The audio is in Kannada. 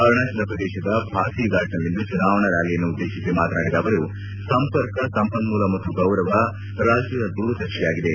ಅರುಣಾಚಲ ಪ್ರದೇಶದ ಪಾಸಿಘಾಟ್ನಲ್ಲಿಂದು ಚುನಾವಣಾ ರ್ನಾಲಿಯನ್ನುದ್ದೇಶಿಸಿ ಮಾತನಾಡಿದ ಅವರು ಸಂಪರ್ಕ ಸಂಪನ್ಣೂಲ ಮತ್ತು ಗೌರವ ರಾಜ್ಯದ ದೂರದರ್ಶಿಯಾಗಿದೆ